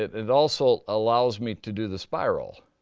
it also allows me to do the spiral.